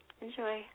Enjoy